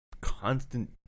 constant